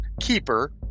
Keeper